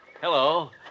hello